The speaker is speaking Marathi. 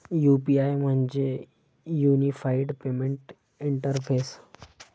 यू.पी.आय म्हणजे युनिफाइड पेमेंट इंटरफेस